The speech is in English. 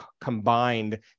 combined